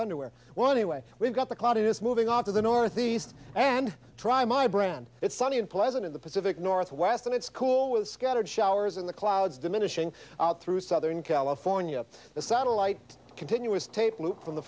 underwear well anyway we've got the cloud is moving off to the northeast and try my brand it's sunny and pleasant in the pacific northwest and it's cool with scattered showers in the clouds diminishing through southern california the satellite continuous tape loop from the